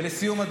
ולסיום,